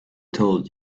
told